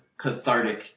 cathartic